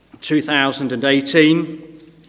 2018